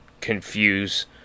confuse